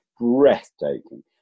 breathtaking